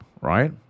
right